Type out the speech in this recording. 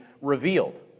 revealed